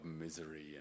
misery